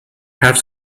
حرف